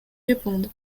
répondre